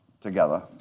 together